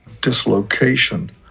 dislocation